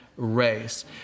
race